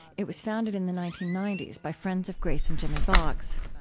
it was founded in the nineteen ninety s by friends of grace and jimmy boggs.